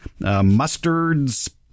mustards